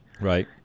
right